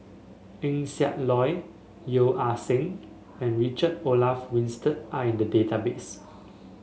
Eng Siak Loy Yeo Ah Seng and Richard Olaf Winstedt are in the database